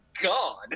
god